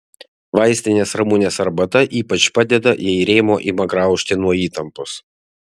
vaistinės ramunės arbata ypač padeda jei rėmuo ima graužti nuo įtampos